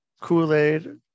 kool-aid